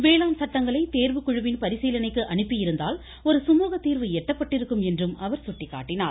வேளாண் சட்டங்களை தேர்வு குழுவின் பரிசீலனைக்கு அனுப்பியிருந்தால் ஒரு சுமூக தீர்வு எட்டப்பட்டிருக்கும் என்றும் அவர் சுட்டிக்காட்டினார்